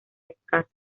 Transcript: escasa